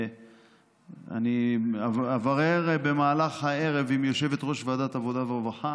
ואני אברר במהלך הערב עם יושבת-ראש ועדת העבודה והרווחה